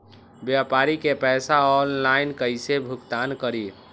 व्यापारी के पैसा ऑनलाइन कईसे भुगतान करी?